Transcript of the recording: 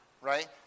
right